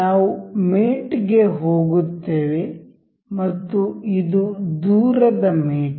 ನಾವು ಮೇಟ್ ಗೆ ಹೋಗುತ್ತೇವೆ ಮತ್ತು ಇದು ದೂರದ ಮೇಟ್